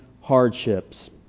hardships